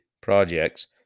projects